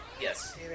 Yes